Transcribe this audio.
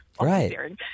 Right